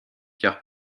car